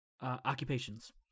occupations